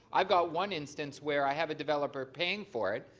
i've got one instance where i have a developer paying for it,